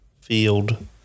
field